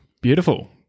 Beautiful